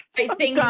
facing